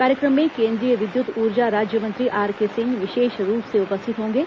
कार्यक्रम में केन्द्रीय विद्युत ऊर्जा राज्य मंत्री आरके सिंह विशेष रूप से उपस्थित होंगे